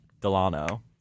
Delano